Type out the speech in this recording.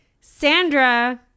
Sandra